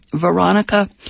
Veronica